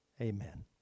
Amen